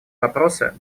вопросы